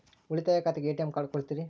ಉಳಿತಾಯ ಖಾತೆಗೆ ATM card ಕೊಡ್ತೇರಿ?